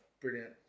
brilliant